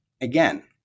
again